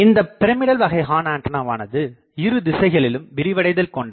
இந்தப் பிரமிடல் வகை ஹார்ன்ஆண்டனாவானது இருதிசைகளிலும் விரிவடைதல் கொண்டது